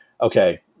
okay